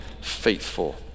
faithful